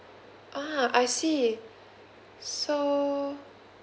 ah I see so